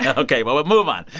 yeah ok, well, we'll move on. yeah